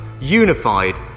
unified